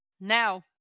Now